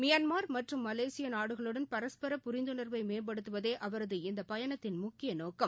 Myanmar மற்றும் Malaysia நாடுகளுடன் பரஸ்பர புரிந்துணா்வை மேம்படுத்துவதே அவரது இந்த பயணத்தின் முக்கிய நோக்கம்